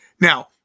now